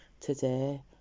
today